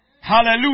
Hallelujah